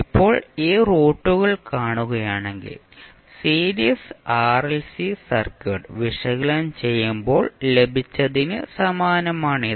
ഇപ്പോൾ ഈ റൂട്ടുകൾ കാണുകയാണെങ്കിൽ സീരീസ് ആർഎൽസി സർക്യൂട്ട് വിശകലനം ചെയ്യുമ്പോൾ ലഭിച്ചതിന് സമാനമാണിത്